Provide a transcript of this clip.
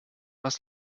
was